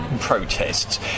protests